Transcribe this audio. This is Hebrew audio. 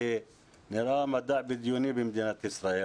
כי זה נראה מדע בדיוני במדינת ישראל,